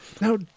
Now